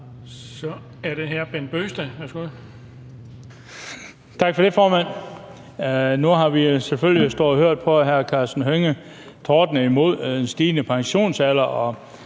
Kl. 16:55 Bent Bøgsted (DF): Tak for det, formand. Nu har vi jo selvfølgelig stået og hørt hr. Karsten Hønge tordne imod den stigende pensionsalder